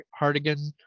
Hardigan